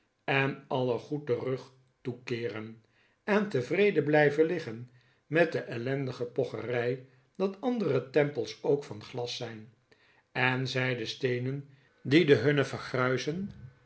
en alle goed den rug toekeeren en tevreden blijven liggen met de ellendige pocherij dat andere tempels ook van glas zijn en zij de steenen die de hunhen vergruizen